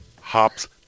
hops